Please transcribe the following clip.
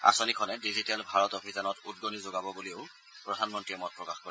আঁচনিখনে ডিজিটেল ভাৰত অভিযানত উদগনি যোগাব বুলিও প্ৰধানমন্ত্ৰীয়ে মত প্ৰকাশ কৰে